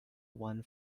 one